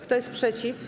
Kto jest przeciw?